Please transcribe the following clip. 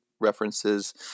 references